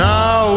Now